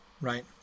right